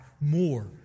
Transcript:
more